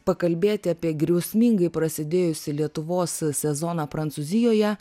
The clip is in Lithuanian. pakalbėti apie griausmingai prasidėjusį lietuvos sezoną prancūzijoje